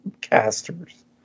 casters